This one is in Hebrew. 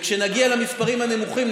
וכשנגיע למספרים הנמוכים,